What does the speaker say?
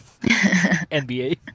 NBA